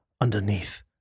underneath